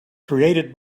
created